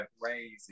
crazy